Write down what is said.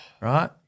right